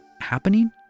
happening